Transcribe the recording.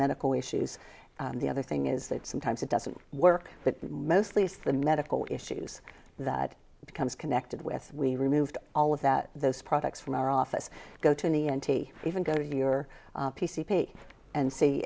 medical issues and the other thing is that sometimes it doesn't work but mostly it's the medical issues that becomes connected with we removed all of that those products from our office go to any n t even go to your p c p and see